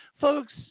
Folks